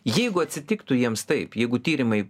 jeigu atsitiktų jiems taip jeigu tyrimai